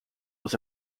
was